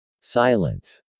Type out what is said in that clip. Silence